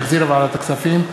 שהחזירה ועדת הכספים,